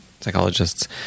psychologists